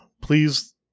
please